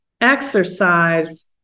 Exercise